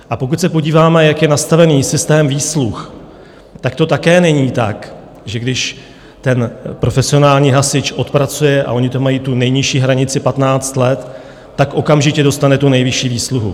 A pokud se podíváme, jak je nastaven systém výsluh, tak to také není tak, že když ten profesionální hasič odpracuje a oni mají tu nejnižší hranici 15 let, tak okamžitě dostane tu nejvyšší výsluhu.